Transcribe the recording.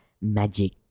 magic